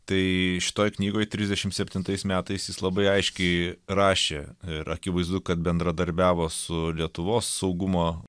tai šitoj knygoj trisdešim septintais metais jis labai aiškiai rašė ir akivaizdu kad bendradarbiavo su lietuvos saugumo